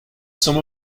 some